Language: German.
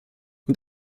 und